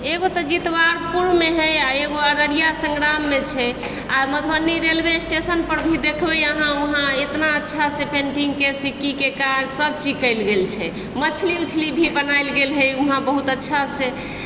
एगो तऽ जितबारपुरमे है आओर एगो अररिया सङ्ग्राममे छै आओर मधुबनी रेलवे स्टेशनपर भी देखबै अहाँ उहाँ एतना अच्छा से पेन्टिंगके सिक्कीके काज सभचीज कएल गेल छै मछली उछली भी बनाओल गेल हय उहाँ बहुत अच्छा से